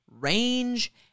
range